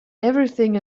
everything